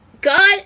god